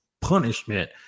punishment